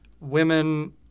women